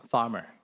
Farmer